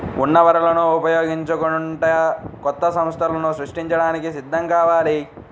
ఉన్న వనరులను ఉపయోగించుకుంటూ కొత్త సంస్థలను సృష్టించడానికి సిద్ధం కావాలి